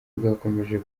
bwakomeje